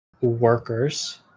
workers